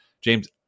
James